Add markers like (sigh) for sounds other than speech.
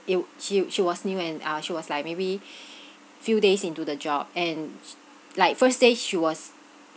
(noise) she she was new and ah she was like maybe (breath) few days into the job and sh~ like first day she was